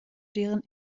deren